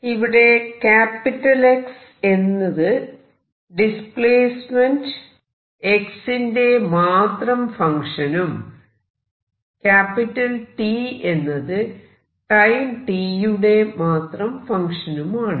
ഇവിടെ X എന്നത് displacement x ന്റെ മാത്രം ഫങ്ക്ഷനും T എന്നത് ടൈം t യുടെ മാത്രം ഫങ്ക്ഷനും ആണ്